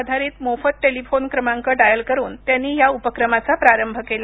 आधारित मोफत टेलीफोन क्रमांक डायल करून त्यांनी या उपक्रमाचा प्रारंभ केला